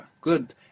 Good